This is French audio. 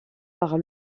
par